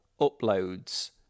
uploads